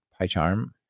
PyCharm